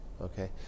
Okay